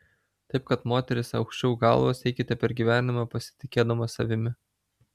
taip kad moterys aukščiau galvas eikite per gyvenimą pasitikėdamos savimi